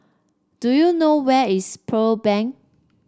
do you know where is Pearl Bank